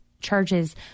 charges